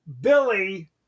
Billy